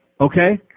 Okay